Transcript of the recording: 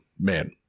man